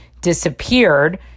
disappeared